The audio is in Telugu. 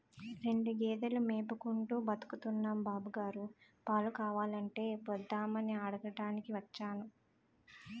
రెండు గేదెలు మేపుకుంటూ బతుకుతున్నాం బాబుగారు, పాలు కావాలంటే పోద్దామని అడగటానికి వచ్చాను